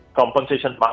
compensation